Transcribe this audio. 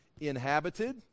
inhabited